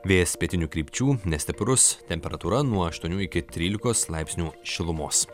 vėjas pietinių krypčių nestiprus temperatūra nuo aštuonių iki trylikos laipsnių šilumos